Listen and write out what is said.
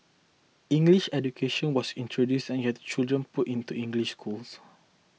English education was introduced and you had children put into English schools